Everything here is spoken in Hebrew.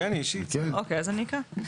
(היו"ר יעקב אשר, 19:35) אוקי אז אני אקרא.